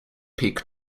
peak